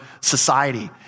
society